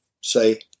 say